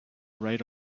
right